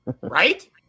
Right